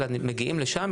אלא מגיעים לשם ,